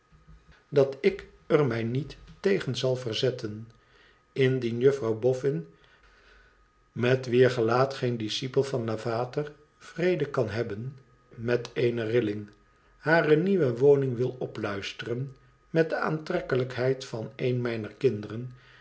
vrknd ik er mij niet tegen zal verzetten indien juffrouw boffin met wier gelaat geen discipel van lavater vrede kan hebben met eene rilling hare nieuwe woning wil opluisteren met de aantrekkelijkheid van een mijner kinderen